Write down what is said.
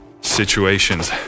situations